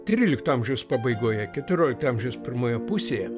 trylikto amžiaus pabaigoje keturiolikto amžiaus pirmoje pusėje